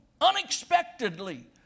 Unexpectedly